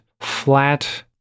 flat